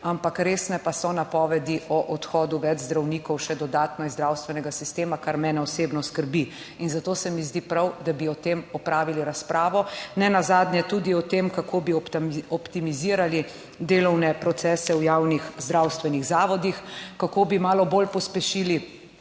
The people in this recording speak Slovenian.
resne pa so napovedi o odhodu več zdravnikov še dodatno iz zdravstvenega sistema, kar mene osebno skrbi. Zato se mi zdi prav, da bi o tem opravili razpravo. Nenazadnje tudi o tem, kako bi optimizirali delovne procese v javnih zdravstvenih zavodih, kako bi malo bolj pospešili